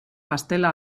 pastela